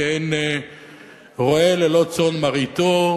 כעין רועה ללא צאן מרעיתו,